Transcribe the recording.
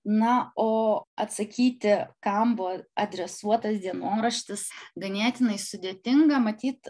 na o atsakyti kam buvo adresuotas dienoraštis ganėtinai sudėtinga matyt